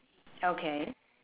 okay